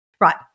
Right